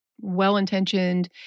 well-intentioned